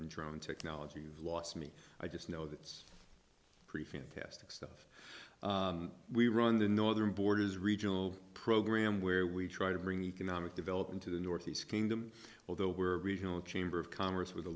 and drone technology you've lost me i just know that it's pretty fantastic stuff we run the northern borders regional program where we try to bring economic development to the northeast kingdom although we're regional chamber of commerce with the